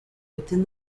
within